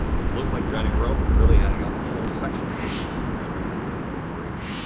it looks like you're adding a row but you're really adding a whole section there. that's a great,